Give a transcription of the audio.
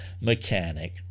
mechanic